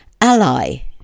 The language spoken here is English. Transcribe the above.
Ally